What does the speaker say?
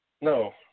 no